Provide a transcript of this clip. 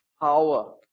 power